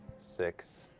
six,